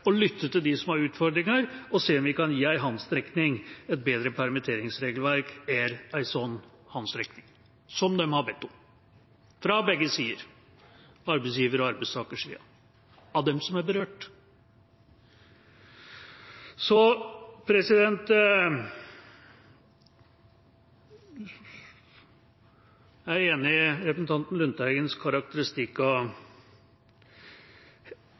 lytte til dem som har utfordringer, og se om vi kan gi en håndsrekning. Et bedre permitteringsregelverk er en sånn håndsrekning, som de berørte har bedt om fra både arbeidsgiver- og arbeidstakersiden. Jeg er enig i representanten Lundteigens karakteristikk av representanten Heggelunds innlegg – fantasifullt, er